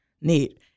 neat